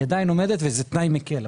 היא עדיין עומדת וזה תנאי מקל,